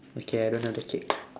okay I don't have the cake